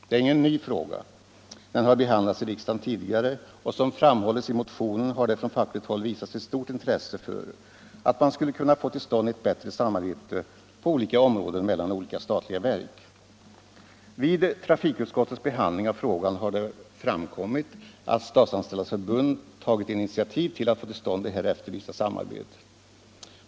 Det är ingen ny fråga — den har behandlats i riksdagen tidigare — och som framhålls i motionen har det från fackligt håll visats stort intresse för att få till stånd ett bättre samarbete på olika områden mellan olika statliga verk. Vid trafikutskottets behandling av frågan har det framkommit att Statsanställdas förbund tagit initiativ för att få till stånd det här efterlysta samarbetet.